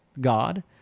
God